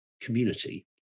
community